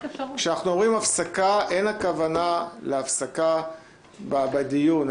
כשאנחנו אומרים הפסקה אין הכוונה להפסקה בדיון,